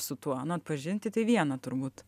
su tuo nu atpažinti tai viena turbūt